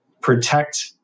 protect